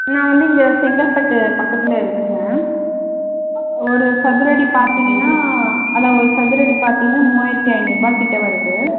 நான் வந்து இங்கே செங்கல்பட்டு பக்கத்தில் இருக்கேங்க ஒரு சதுரடி பார்த்தீங்கன்னா அதுதான் ஒரு சதுரடி பார்த்தீங்கன்னா மூவாயிரத்தி ஐந்நூறுபாய் கிட்டே வருது